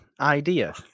idea